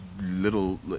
little